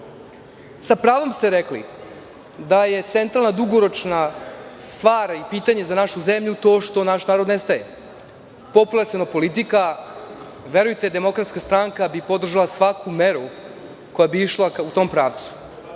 pravom ste rekli da je centralna dugoročna stvar i pitanje za našu zemlju to što naš narod nestaje. Populaciona politika, verujte DS bi podržala svaku meru koja bi išla ka tom pravcu.